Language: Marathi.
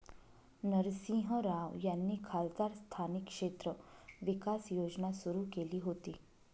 नरसिंह राव यांनी खासदार स्थानिक क्षेत्र विकास योजना सुरू केली होती